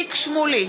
איציק שמולי,